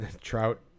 trout